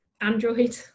Android